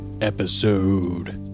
episode